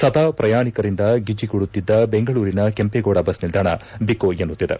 ಸದಾ ಪ್ರಯಾಣಿಕರಿಂದ ಗಿಜಿಗುಡುತ್ತಿದ್ದ ಬೆಂಗಳೂರಿನ ಕೆಂಪೇಗೌಡ ಬಸ್ ನಿಲ್ಲಾಣ ಬಿಕೋ ಎನ್ನುತ್ತಿದೆ